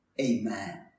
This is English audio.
Amen